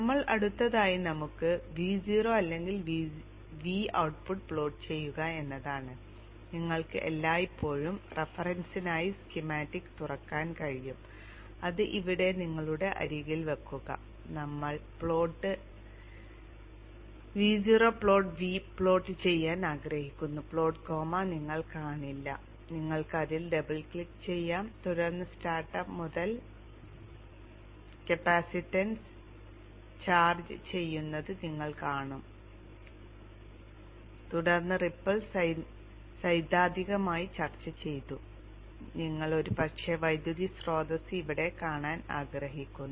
നമ്മൾ അടുത്തതായി നമുക്ക് Vo അല്ലെങ്കിൽ V ഔട്ട്പുട്ട് പ്ലോട്ട്ചെയ്യുക എന്നതാണ് നിങ്ങൾക്ക് എല്ലായ്പ്പോഴും റഫറൻസിനായി സ്കീമാറ്റിക് തുറക്കാൻ കഴിയും അത് ഇവിടെ നിങ്ങളുടെ അരികിൽ വയ്ക്കുക നമ്മൾ plot Vo plot V plot ചെയ്യാൻ ആഗ്രഹിക്കുന്നു പ്ലോട്ട് കോമ നിങ്ങൾ കാണില്ല നിങ്ങൾക്ക് അതിൽ ഡബിൾ ക്ലിക്ക് ചെയ്യാം തുടർന്ന് സ്റ്റാർട്ടപ്പ് മുതൽ കപ്പാസിറ്റൻസ് ചാർജ് ചെയ്യുന്നത് നിങ്ങൾ കാണും തുടർന്ന് റിപ്പിൾസ് സൈദ്ധാന്തികമായി ചർച്ച ചെയ്തു നിങ്ങൾ ഒരുപക്ഷേ വൈദ്യുതി സ്രോതസ്സ് ഇവിടെ കാണാൻ ആഗ്രഹിക്കുന്നു